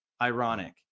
ironic